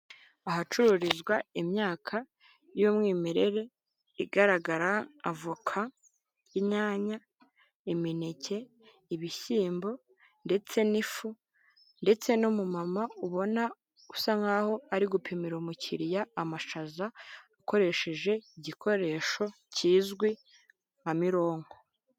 Ahacururizwa imyaka y'umwimerere igaragara avoka, inyanya, imineke, ibishyimbo ndetse n'ifu ndetse n'umumama ubona usa nk'aho ari gupimira umukiliya amashaza, akoresheje igikoresho kizwi nka mironko.